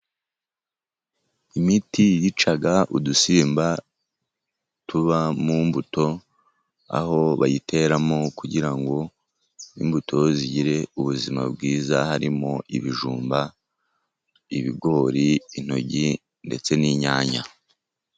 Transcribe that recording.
Imiti yica udusimba tuba mu mbuto aho bayiteramo kugira ngo imbuto zigire ubuzima bwiza, harimo: ibijumba, ibigori, intoryi ndetse n'inyanya.